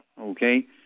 Okay